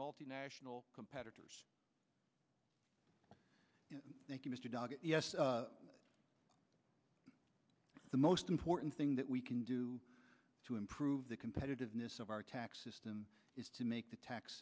multinational competitors thank you mr dog the most important thing that we can do to improve the competitiveness of our tax system is to make the tax